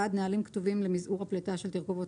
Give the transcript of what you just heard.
נהלים כתובים למזעור הפליטה של תרכובות